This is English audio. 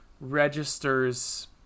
registers